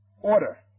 Order